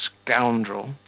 scoundrel